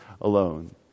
alone